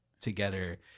together